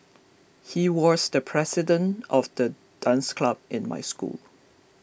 he was the president of the dance club in my school